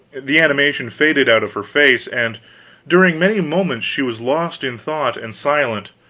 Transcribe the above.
the animation faded out of her face and during many moments she was lost in thought and silent.